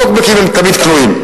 טוקבקים הם תמיד קנויים.